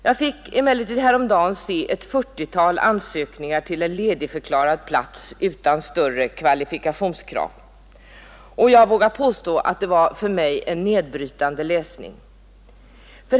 Jag fick emellertid häromdagen se ett 40-tal ansökningar till en ledigförklarad plats utan större kvalifikationskrav, och jag vågar påstå att det var för mig en nedbrytande läsning.